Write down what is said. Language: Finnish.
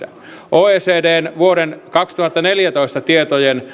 oecdn vuoden kaksituhattaneljätoista tietojen